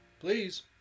please